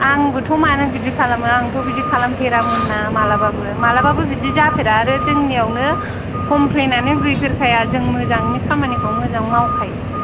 आंबोथ' मानो बिदि खालामो आंथ' बिदि खालामफेरामोनना मालाबाबो मालाबाबो बिदि जाफेरा आरो जोंनियावनो कमप्लेनआनो गैफेरखाया जों मोजाङैनो खामानिखौ मोजां मावखायो